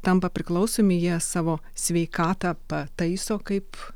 tampa priklausomi jie savo sveikatą pataiso kaip